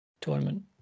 tournament